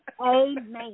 Amen